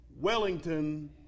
Wellington